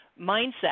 mindset